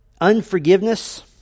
Unforgiveness